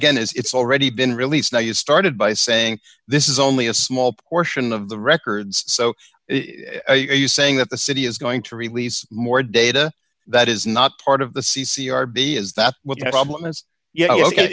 again is it's already been released now you started by saying this is only a small portion of the records so are you saying that the city is going to release more data that is not part of the c c r bay is that what y